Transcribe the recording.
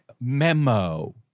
memo